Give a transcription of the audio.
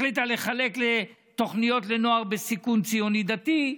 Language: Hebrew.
החליטה לחלק לתוכניות לנוער ציוני-דתי בסיכון,